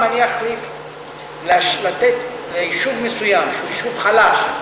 אם אני אחליט לתת ליישוב מסוים שהוא יישוב חלש,